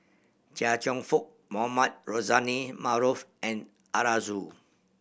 Chia Cheong Fook Mohamed Rozani Maarof and Arasu